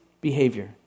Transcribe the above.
behavior